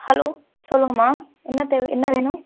hello சொல்லுங்கம்மா என்ன தேவை என்ன வேணும்